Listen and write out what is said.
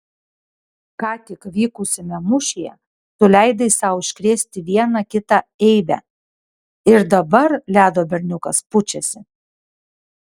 ką tik vykusiame mūšyje tu leidai sau iškrėsti vieną kitą eibę ir dabar ledo berniukas pučiasi